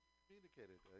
communicated